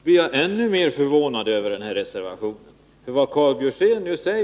Fru talman! Nu blir jag ännu mer förvånad över den här reservationen. Karl Björzén talar